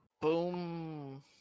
Boom